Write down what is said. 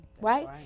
right